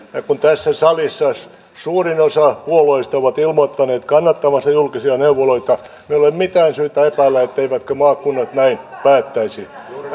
kun tässä salissa suurin osa puolueista on ilmoittanut kannattavansa julkisia neuvoloita ei ole mitään syytä epäillä etteivätkö maakunnat näin päättäisi